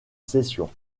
session